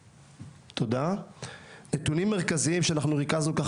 נתונים מרכזיים שריכזנו.